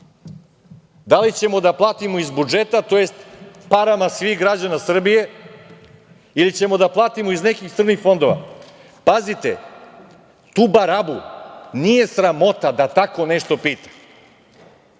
Da li ćemo da platimo iz budžeta, tj. parama svih građana Srbije, ili ćemo da platimo iz nekih crnih fondova? Pazite, tu barabu nije sramota da tako nešto pita.